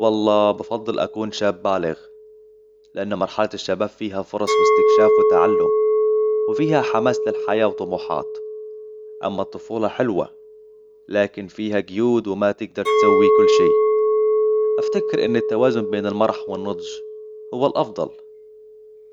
والله بفضل أكون شاب بالغ لأن مرحلة الشباب فيها فرص واستكشاف وتعلم وفيها حماس للحياة وطموحات أما الطفولة حلوة لكن فيها قيود وما تقدر تسوي كل شيء أفتكر أن التوازن بين المرح والنضج هو الأفضل